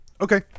Okay